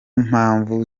mpamvu